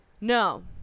No